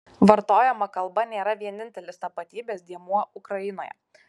vartojama kalba nėra vienintelis tapatybės dėmuo ukrainoje